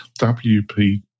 WP